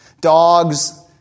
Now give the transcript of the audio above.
Dogs